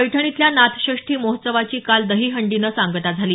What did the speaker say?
पैठण इथल्या नाथषष्ठी महोत्सवाची काल दहीहंडीनं सांगता झाली